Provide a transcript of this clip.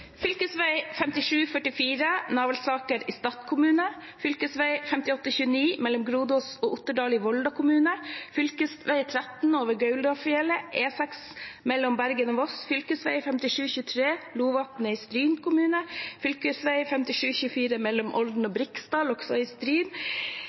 Navelsaker i Stad kommune, fv. 5829 mellom Grodås og Otterdal i Volda kommune, fv. 13 over Gaularfjellet, E6 mellom Bergen og Voss, fv. 5723 Lovatnet i Stryn kommune, fv. 5724 mellom Olden og